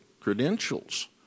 credentials